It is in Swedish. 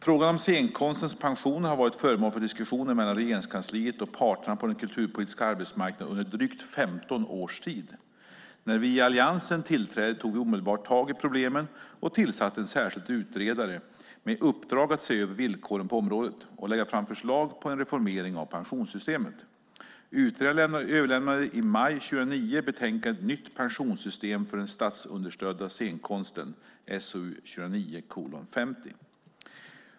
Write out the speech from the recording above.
Frågan om scenkonstens pensioner har varit föremål för diskussioner mellan Regeringskansliet och parterna på den kulturpolitiska arbetsmarknaden under drygt 15 års tid. När vi i Alliansen tillträdde tog vi omedelbart tag i problemen och tillsatte en särskild utredare med uppdrag att se över villkoren på området och lägga fram förslag på en reformering av pensionssystemet. Utredaren överlämnade i maj 2009 betänkandet Nytt pensionssystem för den statsunderstödda scenkonsten .